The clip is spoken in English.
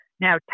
Now